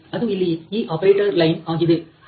ಅದು ಇಲ್ಲಿ ಈ ಆಪರೇಟರ್ ಲೈನ್ ಆಗಿದೆ